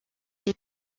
les